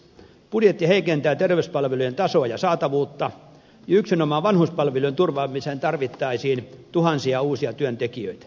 budjetti heikentää terveyspalvelujen tasoa ja saatavuutta ja yksinomaan vanhuspalvelujen turvaamiseen tarvittaisiin tuhansia uusia työntekijöitä